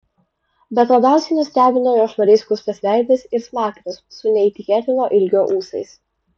bet labiausiai nustebino jo švariai skustas veidas ir smakras su neįtikėtino ilgio ūsais